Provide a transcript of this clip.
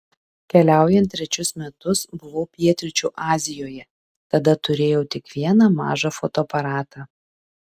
keliaujant trečius metus buvau pietryčių azijoje tada turėjau tik vieną mažą fotoaparatą